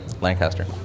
lancaster